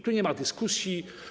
Tu nie ma dyskusji.